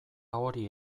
hori